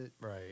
Right